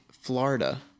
Florida